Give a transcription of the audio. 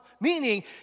meaning